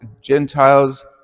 Gentiles